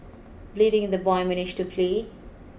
bleeding the boy managed to flee